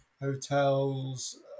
hotels